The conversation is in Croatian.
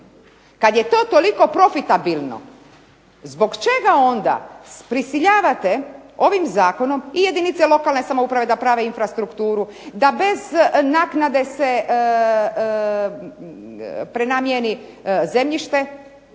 kad je to toliko profitabilno zbog čega onda prisiljavate ovim zakonom i jedinice lokalne samouprave da prave infrastrukturu, da bez naknade se prenamijeni zemljište